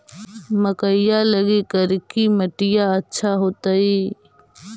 मकईया लगी करिकी मिट्टियां अच्छा होतई